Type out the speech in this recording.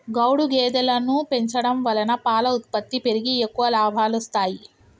గౌడు గేదెలను పెంచడం వలన పాల ఉత్పత్తి పెరిగి ఎక్కువ లాభాలొస్తాయి